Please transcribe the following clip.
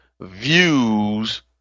views